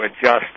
adjust